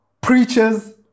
preachers